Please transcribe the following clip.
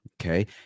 okay